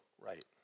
right